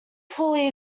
fully